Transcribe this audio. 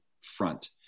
front